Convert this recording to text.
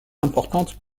importantes